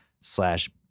slash